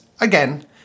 again